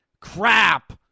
crap